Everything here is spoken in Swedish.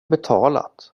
betalat